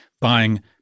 buying